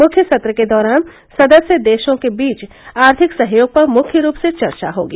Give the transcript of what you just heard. मुख्य सत्र के दौरान सदस्य देशों के बीच आर्थिक सहयोग पर मुख्य रूप से चर्चा होगी